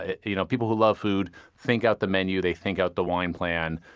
ah you know people who love food think out the menu. they think out the wine plan.